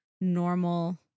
normal